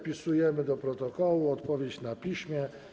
Wpisujemy do protokołu: odpowiedź na piśmie.